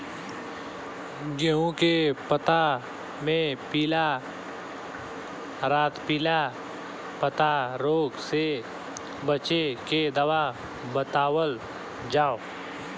गेहूँ के पता मे पिला रातपिला पतारोग से बचें के दवा बतावल जाव?